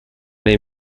les